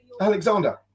Alexander